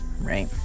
right